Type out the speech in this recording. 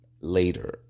later